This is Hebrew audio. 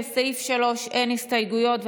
לסעיף 3 אין הסתייגויות,